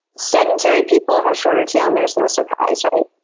sedentary people have shorter telomeres. no surprise, right?